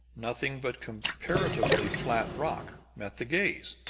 nothing but comparatively flat rock met the gaze.